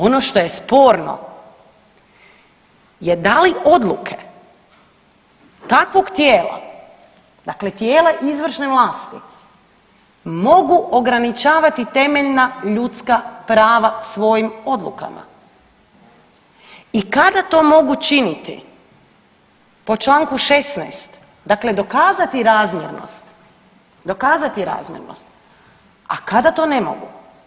Ono što je sporno je da li odluke takvog tijela, dakle tijela izvršne vlasti mogu ograničavati temeljna ljudska prava svojim odlukama i kada to mogu činiti po čl. 16. dakle dokazati razmjernost, dokazati razmjernost, a kada to ne mogu.